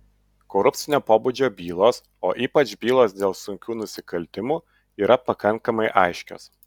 korupcinio pobūdžio bylos o ypač bylos dėl sunkių nusikaltimų yra pakankamai aiškios